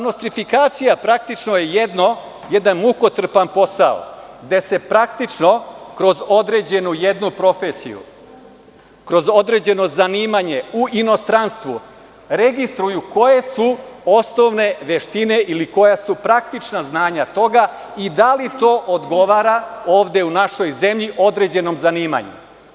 Nostrifikacija je praktično jedan mukotrpan posao, gde se praktično kroz određenu jednu profesiju, kroz određeno zanimanje, u inostranstvu registruju koje su osnovne veštine ili koja su praktična znanja toga i da li to odgovara ovde u našoj zemlji određenom zanimanju.